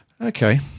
okay